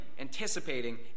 anticipating